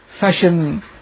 fashion